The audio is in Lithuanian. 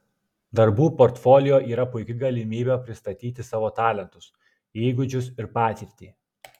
darbų portfolio yra puiki galimybė pristatyti savo talentus įgūdžius ir patirtį